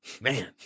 man